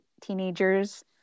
teenagers